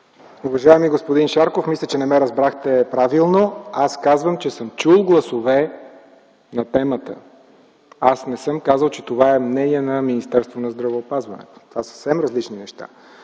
Уважаеми господин Шарков, мисля, че не ме разбрахте правилно. Аз казвам, че съм чул гласове по темата. Аз не съм казал, че това е мнение на Министерството на здравеопазването. Това са две съвсем различни неща.